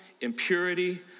impurity